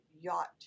yacht